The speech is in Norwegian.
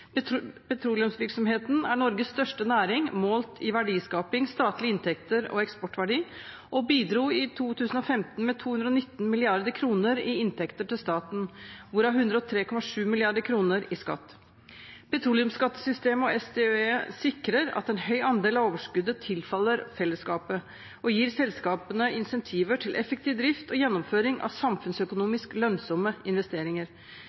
Petroleumsvirksomheten er Norges største næring målt i verdiskaping, statlige inntekter og eksportverdi og bidro i 2015 med 219 mrd. kr i inntekter til staten, hvorav 103,7 mrd. kr i skatt. Petroleumsskattesystemet og SDØE sikrer at en høy andel av overskuddet tilfaller fellesskapet, og gir selskapene incentiver til effektiv drift og gjennomføring av samfunnsøkonomisk lønnsomme investeringer.